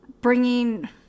bringing